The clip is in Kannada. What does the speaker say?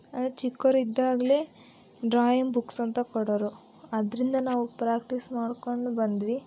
ಅಂದರೆ ಚಿಕ್ಕೋರಿದ್ದಾಗ್ಲೇ ಡ್ರಾಯಿಂಗ್ ಬುಕ್ಸ್ ಅಂತ ಕೊಡೋರು ಅದರಿಂದ ನಾವು ಪ್ರ್ಯಾಕ್ಟಿಸ್ ಮಾಡಿಕೊಂಡು ಬಂದ್ವಿ